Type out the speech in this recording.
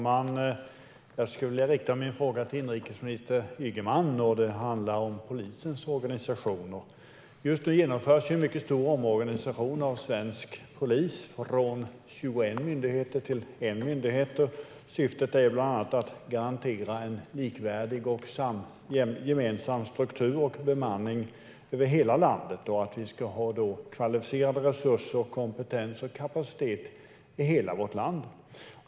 Herr talman! Jag riktar min fråga till inrikesminister Anders Ygeman. Den handlar om polisens organisation. Just nu genomförs en mycket stor omorganisation av svensk polis, från 21 myndigheter till 1 myndighet. Syftet är bland annat att garantera en likvärdig och gemensam struktur och bemanning över hela landet och att vi ska ha kvalificerade resurser, kompetens och kapacitet i hela vårt land.